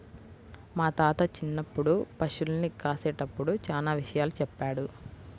మా తాత చిన్నప్పుడు పశుల్ని కాసేటప్పుడు చానా విషయాలు చెప్పాడు